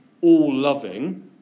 all-loving